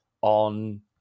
on